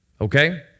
Okay